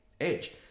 edge